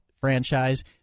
franchise